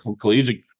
collegiate